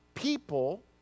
people